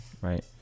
right